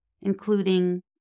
including